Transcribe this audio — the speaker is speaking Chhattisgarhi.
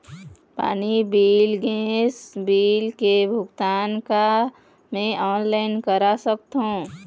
पानी बिल गैस बिल के भुगतान का मैं ऑनलाइन करा सकथों?